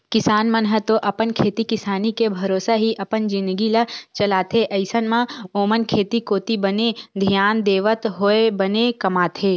किसान मन ह तो अपन खेती किसानी के भरोसा ही अपन जिनगी ल चलाथे अइसन म ओमन खेती कोती बने धियान देवत होय बने कमाथे